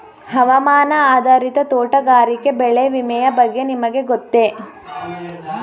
ಹವಾಮಾನ ಆಧಾರಿತ ತೋಟಗಾರಿಕೆ ಬೆಳೆ ವಿಮೆಯ ಬಗ್ಗೆ ನಿಮಗೆ ಗೊತ್ತೇ?